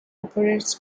operates